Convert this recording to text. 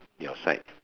your side